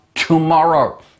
Tomorrow